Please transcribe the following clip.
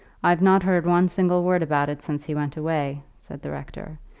i've not heard one single word about it since you went away, said the rector.